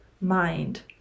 mind